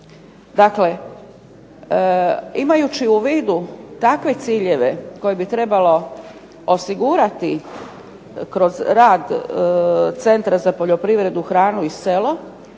Dakle, imajući u vidu takve ciljeve koje bi trebalo osigurati kroz rad Centra za poljoprivredu, hranu i selo